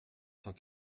cent